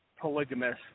polygamous